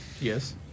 Yes